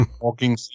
walking